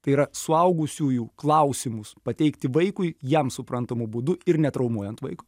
tai yra suaugusiųjų klausimus pateikti vaikui jam suprantamu būdu ir netraumuojant vaiko